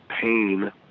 pain